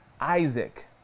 Isaac